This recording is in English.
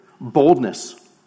boldness